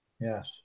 Yes